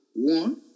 One